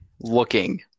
looking